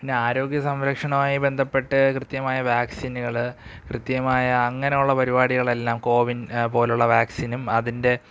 പിന്നെ ആരോഗ്യ സംരക്ഷണമായി ബന്ധപ്പെട്ട് കൃത്യമായ വാക്സിനുകൾ കൃത്യമായ അങ്ങനെയുള്ള പരിപാടികളെല്ലാം കോവിൻ പോലെയുള്ള വാക്സിനും അതിൻ്റെ